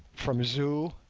from zu,